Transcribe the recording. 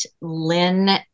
Lynn